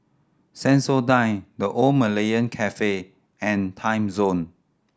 Sensodyne The Old Malaya Cafe and Timezone